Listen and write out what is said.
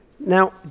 now